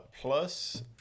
plus